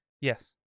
Yes